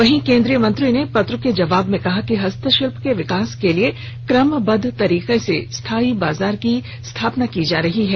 वहीं केंद्रीय मंत्री ने पत्र के जवाब में कहा कि हस्तशिल्प के विकास के लिये क्रमबद्ध तरीके से स्थायी बाजार की स्थापना की जा रही है